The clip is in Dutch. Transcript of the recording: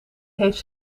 heeft